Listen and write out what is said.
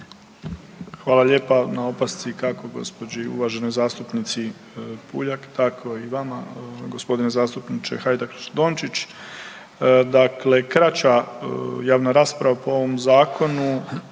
Hvala lijepa na opasci kako gospođi uvaženoj zastupnici Puljak, tako i vama gospodine zastupniče Hajdaš Dončić. Dakle, kraća javna rasprava po ovom zakonu